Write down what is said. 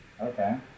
okay